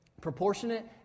proportionate